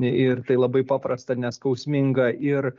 ir tai labai paprasta neskausminga ir